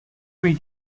bych